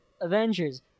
Avengers